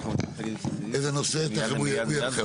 איזה נושא, תכף הוא יציג.